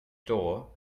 door